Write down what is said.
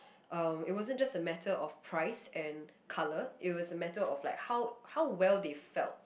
um it wasn't just the matter of price and colour it was a matter of like how how well they felt